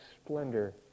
splendor